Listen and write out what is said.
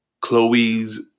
Chloe's